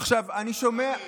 עכשיו, אני שומע,